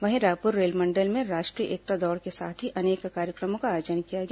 वहीं रायपुर रेलमंडल में राष्ट्रीय एकता दौड़ के साथ ही अनेक कार्यक्रमों का आयोजन किया गया